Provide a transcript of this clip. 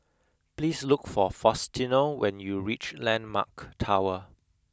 please look for Faustino when you reach Landmark Tower